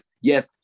yes